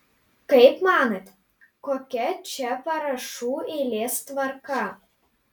kaip manote kokia čia parašų eilės tvarka